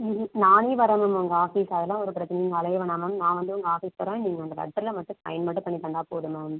நானே வரேன் மேம் அங்கே ஆஃபீஸ் அதெலாம் ஒரு பிரச்சனையும் நீங்கள் அலைய வேணாம் மேம் நான் வந்து உங்கள் ஆஃபீஸ் வரேன் நீங்கள் இந்த லெட்டரில் மட்டும் சைன் மட்டும் பண்ணி தந்தால் போதும் மேம்